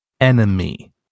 enemy